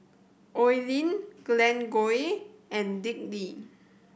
Oi Lin Glen Goei and Dick Lee